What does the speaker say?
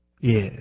Yes